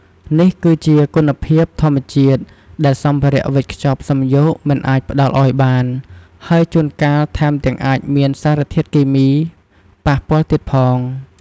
នេះគឺជា គុណភាពធម្មជាតិ ដែលសម្ភារៈវេចខ្ចប់សំយោគមិនអាចផ្តល់ឱ្យបាន ហើយជួនកាលថែមទាំងអាចមានសារធាតុគីមីប៉ះពាល់ទៀតផង។